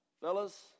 Fellas